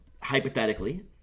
Hypothetically